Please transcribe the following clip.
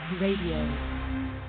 Radio